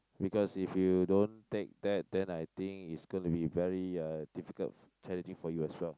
because if you don't take that then I think it's gonna be very uh difficult challenging for you as well